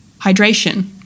hydration